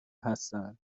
هستند